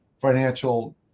financial